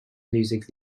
music